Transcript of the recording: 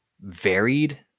varied